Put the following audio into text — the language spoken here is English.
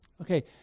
Okay